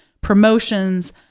promotions